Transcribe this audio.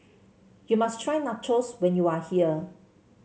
you must try Nachos when you are here